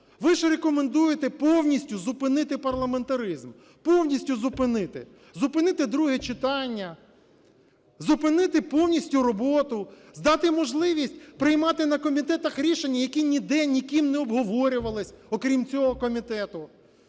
Ви ж рекомендуєте повністю зупинити парламентаризм, повністю зупинити. Зупинити друге читання, зупинити повністю роботу, дати можливість приймати на комітетах рішення, які ніде ніким не обговорювались, окрім цього комітету.